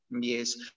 yes